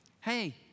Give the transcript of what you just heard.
Hey